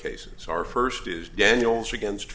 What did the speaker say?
cases our first is daniel's against